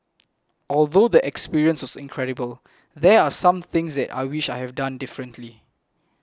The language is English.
although the experience was incredible there are some things that I wish I have done differently